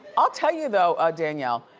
i'll tell you, though, danielle,